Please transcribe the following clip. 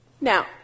Now